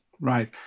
Right